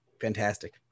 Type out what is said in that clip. fantastic